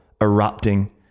erupting